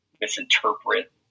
misinterpret